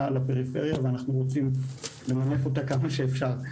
לפריפריה ואנחנו רוצים למנף אותה כמה שאפשר.